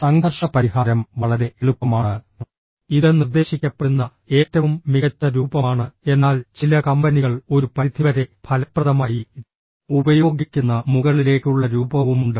സംഘർഷ പരിഹാരം വളരെ എളുപ്പമാണ് ഇത് നിർദ്ദേശിക്കപ്പെടുന്ന ഏറ്റവും മികച്ച രൂപമാണ് എന്നാൽ ചില കമ്പനികൾ ഒരു പരിധിവരെ ഫലപ്രദമായി ഉപയോഗിക്കുന്ന മുകളിലേക്കുള്ള രൂപവുമുണ്ട്